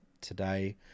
today